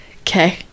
okay